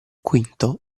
quinto